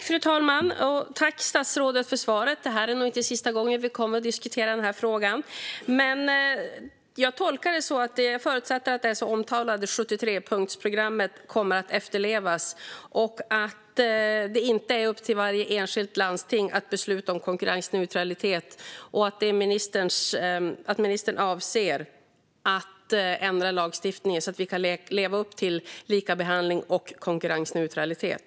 Fru talman! Tack för svaret, statsrådet! Det är nog inte sista gången vi diskuterar den här frågan. Jag tolkar det som och förutsätter att det omtalade 73-punktsprogrammet kommer att efterlevas, att det inte är upp till varje enskilt landsting att besluta om konkurrensneutralitet och att ministern avser att ändra lagstiftningen så att vi kan leva upp till likabehandling och konkurrensneutralitet.